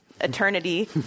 eternity